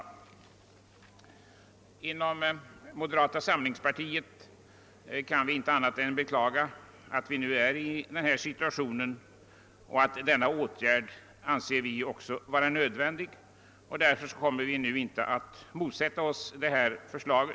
Vi kan inom moderata samlingspartiet inte annat än beklaga att vi nu befinner oss i en situation där den föreslagna åtgärden också enligt vår uppfattning är nödvändig. Därför kommer vi nu inte att motsätta oss detta förslag.